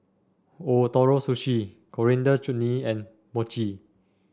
Ootoro Sushi Coriander Chutney and Mochi